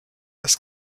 des